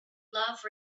love